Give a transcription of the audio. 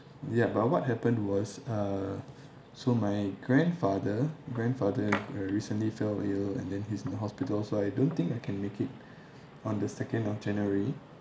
ya but what happened was uh so my grandfather grandfather re~ recently fell ill and then he's in the hospital so I don't think I can make it on the second of january